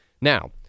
Now